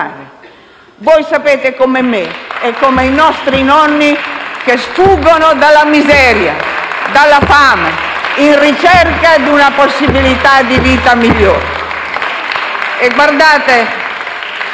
voi sapete come me e come i nostri nonni che sfuggono dalla miseria e dalla fame, in cerca di una possibilità di vita migliore.